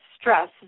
stress